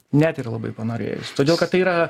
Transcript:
net ir labai panorėjus todėl kad tai yra